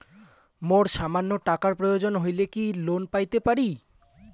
মোর সামান্য টাকার প্রয়োজন হইলে কি লোন পাইতে পারি?